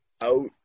out